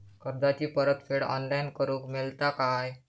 कर्जाची परत फेड ऑनलाइन करूक मेलता काय?